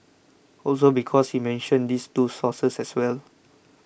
also because he mentioned these two sources as well